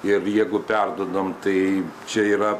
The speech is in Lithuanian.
ir jeigu perduodam tai čia yra